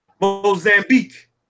Mozambique